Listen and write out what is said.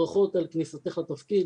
ברכות על כניסתך לתפקיד,